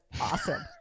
awesome